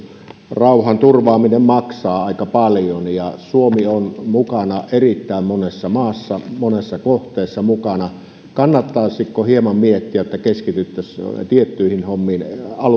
rauhanturvaaminen maksaa aika paljon ja suomi on mukana erittäin monessa maassa monessa kohteessa mukana kannattaisiko hieman miettiä että keskityttäisiin tiettyihin hommiin